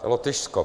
Lotyšsko.